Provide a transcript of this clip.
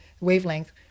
wavelength